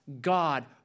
God